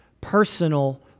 Personal